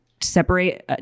separate